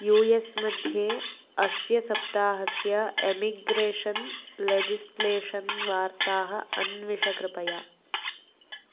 you S मध्ये अस्य सप्ताहस्य एमिग्रेशन् लेजिस्लेषन् वार्ताः अन्विष कृपया